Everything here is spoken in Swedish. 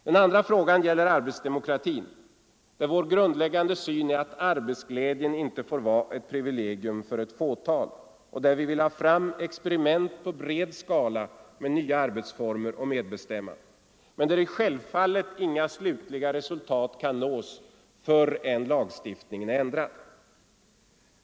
Den andra frågan gäller arbetsdemokratin, där vår grundläggande syn är att arbetsglädjen inte får vara ett privilegium för ett fåtal och där vi vill ha fram experiment i bred skala med nya arbetsformer och medbestämmande, men där självfallet inga slutliga resultat kan nås förrän lagstiftningen är ändrad.